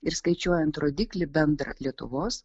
ir skaičiuojant rodiklį bendrą lietuvos